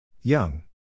Young